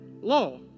law